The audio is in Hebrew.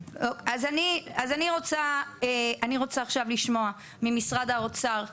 אז אני רוצה עכשיו לשמוע ממשרד האוצר,